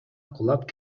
кулап